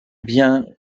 bien